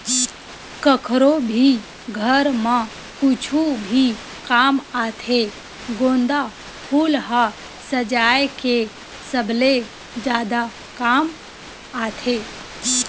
कखरो भी घर म कुछु भी काम आथे गोंदा फूल ह सजाय के सबले जादा काम आथे